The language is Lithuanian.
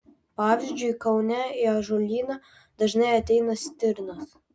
pavyzdžiui kaune į ąžuolyną dažnai ateina stirnos